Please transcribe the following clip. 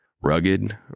rugged